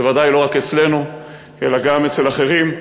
בוודאי לא רק אצלנו אלא גם אצל אחרים,